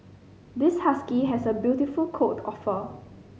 this husky has a beautiful coat of fur